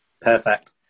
perfect